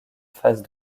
phase